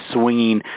swinging